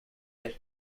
ear